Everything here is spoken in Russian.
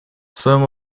своем